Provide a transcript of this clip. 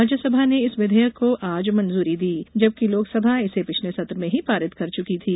राज्यसभा ने इस विधेयक को आज मंजूरी दी जबकि लोकसभा इसे पिछले सत्र में ही पारित कर चुकी थी